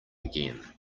again